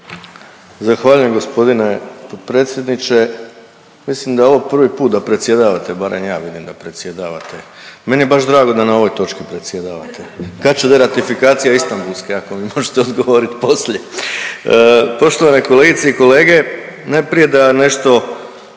Zahvaljujem g. potpredsjedniče. Mislim da je ovo prvi put da predsjedavate, barem ja vidim da predsjedavate. Meni je baš drago da na ovoj točki predsjedavate. Kad će deratifikacija istambulske ako mi možete odgovorit poslije. Poštovane kolegice i kolege, najprije da nešto